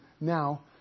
now